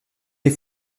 les